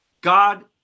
God